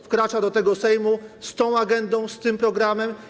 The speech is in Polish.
Wkraczamy do tego Sejmu z tą agendą, z tym programem.